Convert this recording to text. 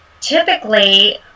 Typically